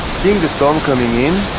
seeing the storm coming in,